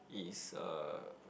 is ah